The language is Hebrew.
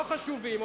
לא חשובים,